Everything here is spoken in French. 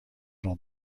jean